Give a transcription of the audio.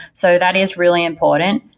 so that is really important,